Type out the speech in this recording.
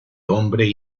hombre